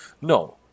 No